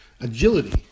agility